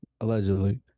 allegedly